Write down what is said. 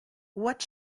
what